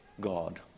God